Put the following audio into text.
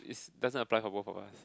it's doesn't apply for both of us